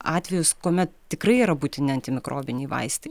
atvejus kuomet tikrai yra būtini antimikrobiniai vaistai